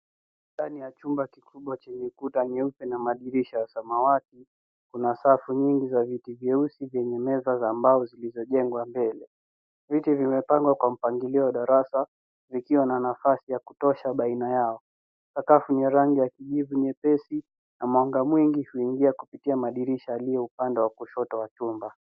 Ndani ya jumba kikubwa chenye ukuta nyeupe na madirisha ya samawati. Kuna safu nyingi vya viti vyeusi venye meza za mbao zilizojengwa mbele. Viti vimepangwa kwa mpangilio darasa vikiwa na nafasi ya kutosha baina yao. Sakafu ni rangi ya kijivu nyepesi na mwanga mwingi huingia kupita madirisha yaliye upande wa kushoto wa jumba.